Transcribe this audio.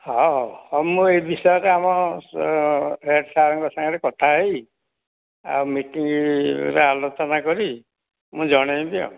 ହଉ ହଉ ହଉ ମୁଁ ଏହି ବିଷୟରେ ଆମ ସେ ହେଡ଼୍ ସାର୍ଙ୍କ ସାଙ୍ଗରେ କଥା ହେବି ଆଉ ମିଟିଂରେ ଆଲୋଚନା କରି ମୁଁ ଜଣାଇବି ଆଉ